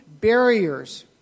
barriers